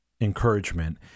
encouragement